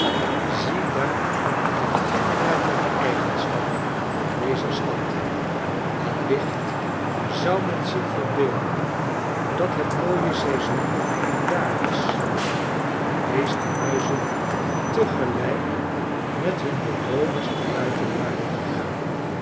ziedaar de kenmerkende eigenschappen dezer stad al licht zou men zich verbeelden dat het mooie seizoen daar was en de meeste huizen tegelijk met hun bewoners naar buiten waren gegaan